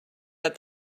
that